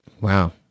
Wow